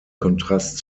kontrast